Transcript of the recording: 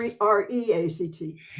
R-E-A-C-T